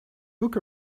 book